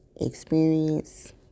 experience